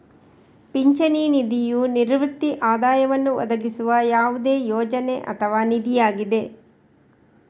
ಪಿಂಚಣಿ ನಿಧಿಯು ನಿವೃತ್ತಿ ಆದಾಯವನ್ನು ಒದಗಿಸುವ ಯಾವುದೇ ಯೋಜನೆ ಅಥವಾ ನಿಧಿಯಾಗಿದೆ